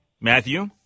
Matthew